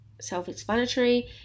self-explanatory